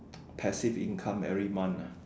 passive income every month ah